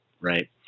Right